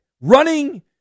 Running